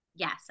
Yes